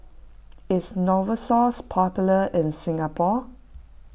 is Novosource popular in Singapore